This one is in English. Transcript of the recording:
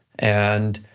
and